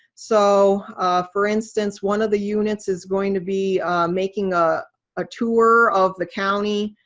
so for instance, one of the units is going to be making ah ah tour of the county.